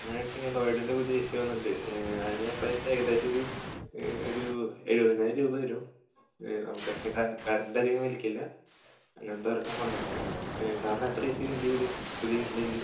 ലോയ്ഡിൻ്റെ പുതിയ A C വന്നിട്ടുണ്ട് അതിന് പ്രൈസ് ഏകദേശം ഒരു ഒരു എഴുപതിനായിരം രൂപ വരും നമുക്ക് അതിന് കറണ്ട് അധികം വലിക്കില്ല അങ്ങനത്തെ ഒരെണ്ണം വന്നിട്ടുണ്ട് സാറിന് എത്ര ഏ സി വേണ്ടി വരും പുതിയ വീട്ടിലേക്ക്